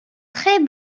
très